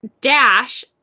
Dash